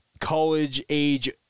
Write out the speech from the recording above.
college-age